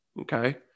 Okay